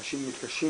אנשים מתקשים